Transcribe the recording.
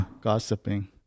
gossiping